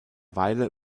weile